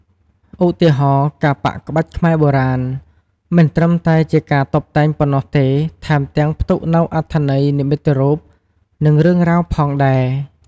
ឧទាហរណ៍ ការប៉ាក់ក្បាច់ខ្មែរបុរាណ មិនត្រឹមតែជាការតុបតែងប៉ុណ្ណោះទេ ថែមទាំងផ្ទុកនូវអត្ថន័យនិមិត្តរូប និងរឿងរ៉ាវផងដែរ។